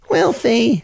Wealthy